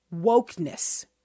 Wokeness